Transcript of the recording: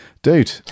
Dude